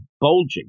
bulging